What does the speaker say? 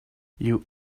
you